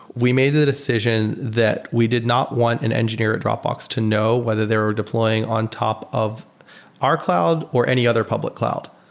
we made a decision that we did not want an engineer at dropbox to know whether they are deploying on top of our cloud or any other public cloud.